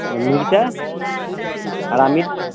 मिर्चाइ हरा मिर्च